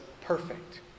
perfect